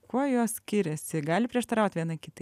kuo jos skiriasi gali prieštarauti viena kitai